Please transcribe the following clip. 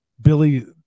Billy